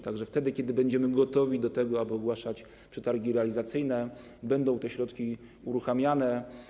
Tak że wtedy, kiedy będziemy gotowi, aby ogłaszać przetargi realizacyjne, będą te środki uruchamiane.